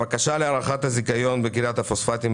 הבקשה להארכת זכיונות כריית פוספטים,